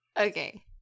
Okay